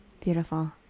Beautiful